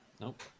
Nope